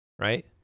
right